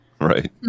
Right